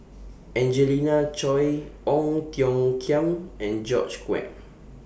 Angelina Choy Ong Tiong Khiam and George Quek